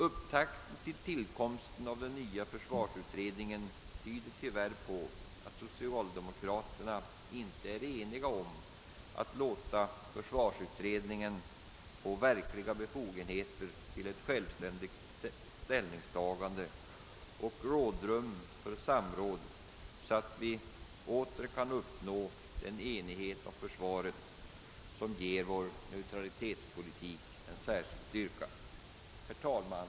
Upptakten vid tillkomsten av den nya försvarsutredningen tyder tyvärr på att socialdemokraterna inte är eniga om att låta försvarsutredningen få verkliga befogenheter till ett självständigt ställningstagande och rådrum för samråd, så att vi åter kan uppnå den enighet om försvaret som ger vår neutralitetspolitik en särskild styrka. Herr talman!